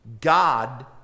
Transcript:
God